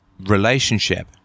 relationship